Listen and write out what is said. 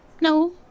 no